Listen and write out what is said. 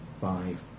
five